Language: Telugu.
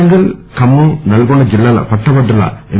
వరంగల్ ఖమ్మం నల్గొండ జిల్లాల పట్టభద్రుల ఎమ్